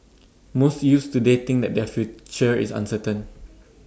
most youths today think that their future is uncertain